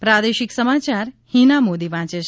પ્રાદેશિક સમાયાર હિના મોદી વાંચ છે